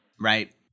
Right